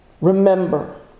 Remember